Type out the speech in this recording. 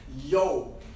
Yo